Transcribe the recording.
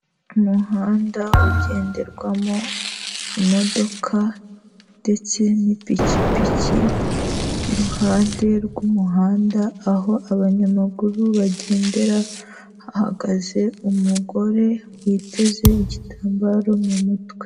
Umuhanda ugenderwamo imodoka ndetse n'ipikipiki iruhande rw'umuhanda, aho abanyamaguru bagendera hahagaze umugore witeze igitambaro mu mutwe.